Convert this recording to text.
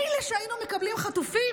מילא אם היינו מקבלים חטופים,